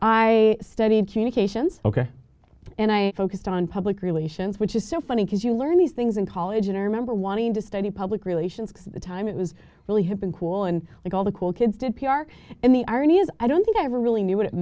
i studied communications ok and i focused on public relations which is so funny because you learn these things in college and i remember wanting to study public relations because at the time it was really hip and cool and like all the cool kids did p r and the irony is i don't think i ever really knew what it